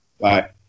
Bye